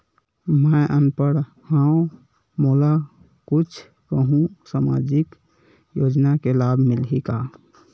मैं अनपढ़ हाव मोला कुछ कहूं सामाजिक योजना के लाभ मिलही का?